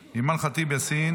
אימאן ח'טיב יאסין,